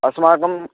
अस्माकम्